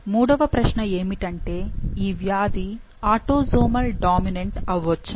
మూడవ ప్రశ్న ఏమిటంటే ఈ వ్యాధి ఆటోసోమల్ డామినెంట్ అవ్వొచ్చా